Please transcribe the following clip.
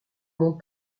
mon